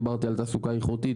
דיברתי על תעסוקה איכותית,